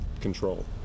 Control